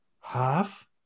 half